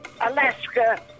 Alaska